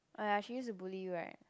oh ya she used to bully you right